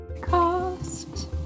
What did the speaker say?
cost